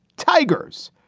tigers.